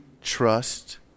trust